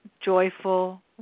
joyful